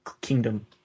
kingdom